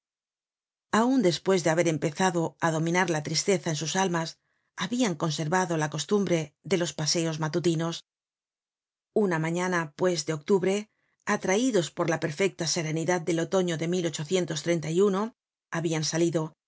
aun despues de haber empezado á dominar la tristeza en sus almas habian conservado la costumbre de los paseos matutinos una mañana pues de octubre atraidos por la perfecta serenidad del otoño de habian salido